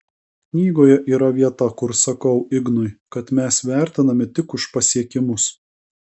knygoje yra vieta kur sakau ignui kad mes vertinami tik už pasiekimus